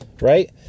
right